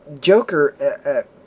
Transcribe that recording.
Joker